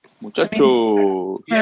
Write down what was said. Muchacho